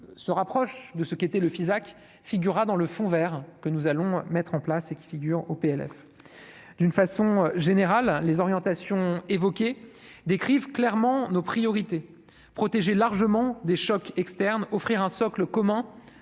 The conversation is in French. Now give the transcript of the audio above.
se rapproche de ce qui était le Fisac figurera dans le fond vert que nous allons mettre en place et qui figure au PLF d'une façon générale, les orientations évoquées décrivent clairement nos priorités protéger largement des chocs externes offrir un socle commun